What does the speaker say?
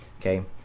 Okay